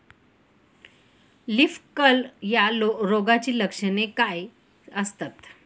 Leaf curl या रोगाची लक्षणे काय असतात?